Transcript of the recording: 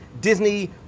Disney